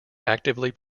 actively